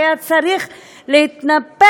והוא היה צריך להתנפל,